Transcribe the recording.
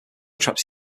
trapped